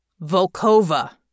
Volkova